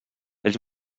ells